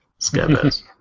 Scabbers